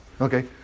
Okay